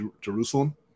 jerusalem